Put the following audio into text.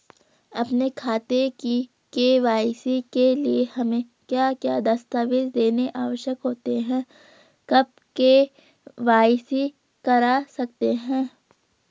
अपने खाते की के.वाई.सी के लिए हमें क्या क्या दस्तावेज़ देने आवश्यक होते हैं कब के.वाई.सी करा सकते हैं?